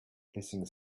hissing